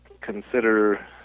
consider